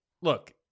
Look